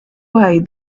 why